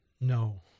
no